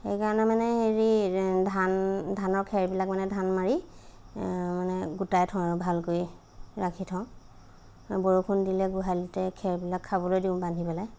সেইকাৰণে মানে হেৰি ধান ধানৰ খেৰবিলাক মানে ধান মাৰি গোটাই থওঁ আৰু ভাল কৰি ৰাখি থওঁ বৰষুণ দিলে গোহালিতে খেৰবিলাক দিওঁ বান্ধি পেলাই